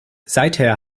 seither